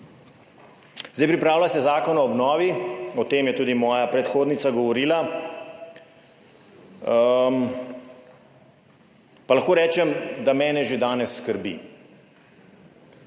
Pripravlja se Zakon o obnovi. O tem je tudi moja predhodnica govorila, pa lahko rečem, da mene že danes skrbi.